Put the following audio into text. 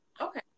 Okay